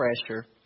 pressure